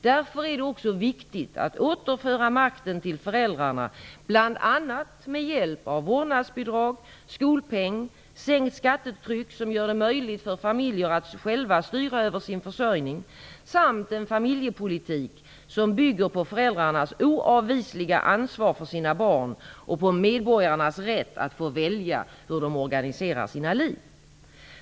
Därför är det också viktigt att återföra makten till föräldrarna bl.a. med hjälp av vårdnadsbidrag, skolpeng, sänkt skattetryck som gör det möjligt för familjer att själva styra över sin försörjning samt en familjepolitik som bygger på föräldrarnas oavvisliga ansvar för sina barn och på medborgarnas rätt att få välja hur de organiserar sina liv.